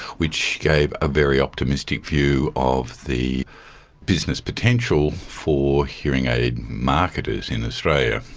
which gave a very optimistic view of the business potential for hearing aid marketers in australia,